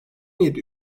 yedi